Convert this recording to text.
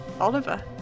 Oliver